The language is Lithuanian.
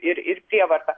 ir ir prievarta